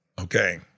okay